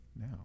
now